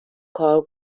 کار